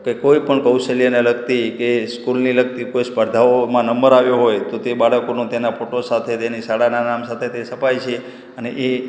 કે કોઈપણ કૌશલ્ય ને લગતી કે સ્કૂલને લગતી કોઈ સ્પર્ધાઓમાં નંબર આવ્યો હોય તે બાળકોનો તેના ફોટો સાથે તેની શાળાનાં નામ સાથે તે છપાય છે અને એ